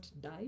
die